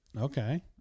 Okay